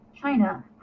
China